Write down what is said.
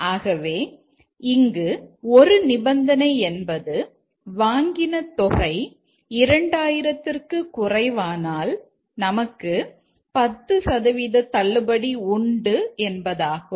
ஆகவே இங்கு ஒரு நிபந்தனை என்பது வாங்கின தொகை 2000 ற்கு குறைவானால் நமக்கு 10 சதவீத தள்ளுபடி உண்டு என்பதாகும்